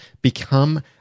become